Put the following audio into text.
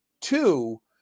Two